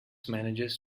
manages